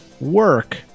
work